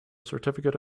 certificate